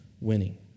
winning